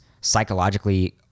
psychologically